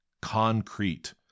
Concrete